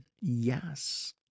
yes